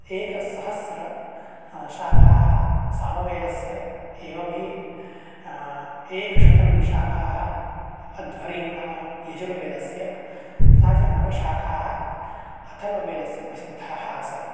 एकसहस्रं शाखाः सामवेदस्य एवं हि एकशतं शाखाः अध्यर्युः नाम यजुर्वेदस्य तथा च नव शाखाः अथर्ववेदस्य प्रसिद्धाः आसन्